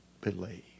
believe